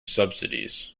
subsidies